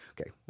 Okay